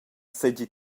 seigi